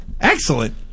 Excellent